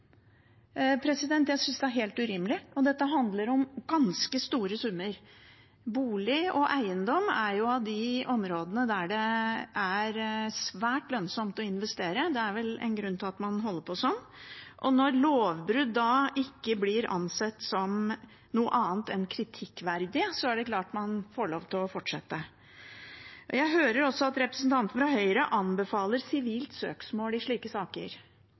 Jeg synes det er helt urimelig, og dette handler om ganske store summer. Bolig og eiendom er av de områdene der det er svært lønnsomt å investere – det er vel en grunn til at man holder på sånn – og når lovbrudd ikke blir ansett som noe annet enn kritikkverdig, er det klart man får lov til å fortsette. Jeg hører også at representanten fra Høyre anbefaler sivilt søksmål i slike saker.